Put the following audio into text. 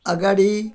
अगाडि